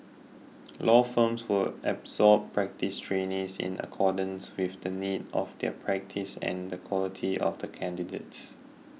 law firms will absorb practice trainees in accordance with the needs of their practice and the quality of the candidates